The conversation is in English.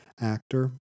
actor